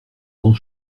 grand